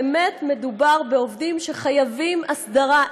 באמת מדובר בעובדים שחייבים הסדרה.